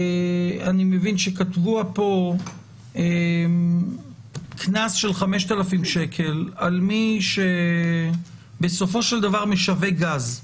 אני מבין שכתבו פה קנס של 5,000 שקל על מי שבסופו של דבר משווק גז,